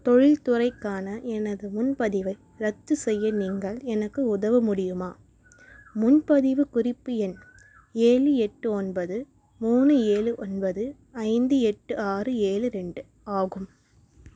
தொழில்துறைக்கான எனது முன்பதிவை ரத்து செய்ய நீங்கள் எனக்கு உதவ முடியுமா முன்பதிவு குறிப்பு எண் ஏழு எட்டு ஒன்பது மூணு ஏழு ஒன்பது ஐந்து எட்டு ஆறு ஏழு ரெண்டு ஆகும்